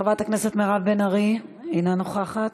חברת הכנסת מירב בן ארי, אינה נוכחת.